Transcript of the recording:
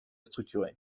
structurée